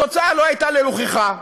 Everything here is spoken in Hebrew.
התוצאה לא הייתה לרוחך.